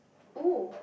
oh